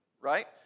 right